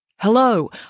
Hello